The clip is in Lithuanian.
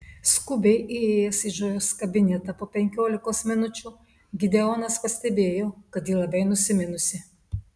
skubiai įėjęs į džojos kabinetą po penkiolikos minučių gideonas pastebėjo kad ji labai nusiminusi